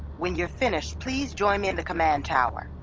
when you're finished please join me in the command tower.